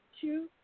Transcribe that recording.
two